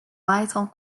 vital